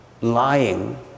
lying